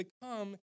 become